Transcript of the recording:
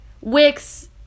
Wix